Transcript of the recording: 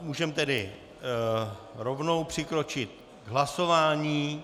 Můžeme tedy rovnou přikročit k hlasování.